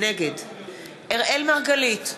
נגד אראל מרגלית,